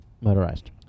Motorized